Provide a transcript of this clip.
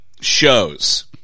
shows